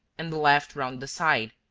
and the left round the side,